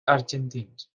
argentins